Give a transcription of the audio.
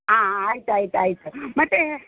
ಹಾಂ ಆಯ್ತು ಆಯ್ತು ಆಯಿತು ಮತ್ತು